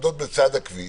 שעומדות בצד הכביש,